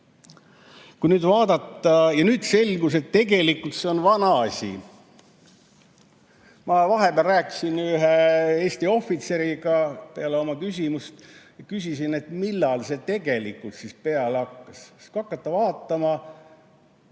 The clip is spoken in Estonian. Aga see selleks. Ja nüüd selgus, et tegelikult see on vana asi. Ma vahepeal rääkisin ühe Eesti ohvitseriga ja peale oma küsimust küsisin veel, millal see tegelikult peale hakkas.